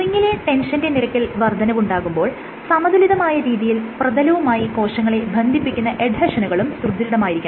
സ്ട്രിങിലെ ടെൻഷന്റെ നിരക്കിൽ വർദ്ധനവുണ്ടാകുമ്പോൾ സമതുലിതമായ രീതിയിൽ പ്രതലവുമായി കോശങ്ങളെ ബന്ധിപ്പിക്കുന്ന എഡ്ഹെഷനുകളും സുദൃഢമായിരിക്കണം